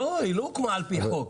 היא לא הוקמה על פי חוק.